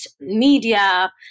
media